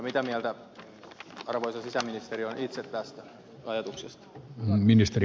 mitä mieltä arvoisa sisäministeri on itse tästä ajatuksesta